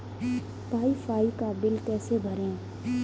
Wi fi का bill कैसे भरें?